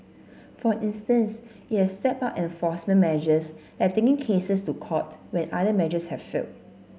for instance it has stepped up enforcement measures like taking cases to court when other measures have failed